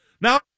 Now